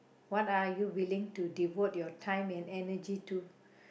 what are you willing to devote your time and energy to